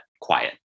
quiet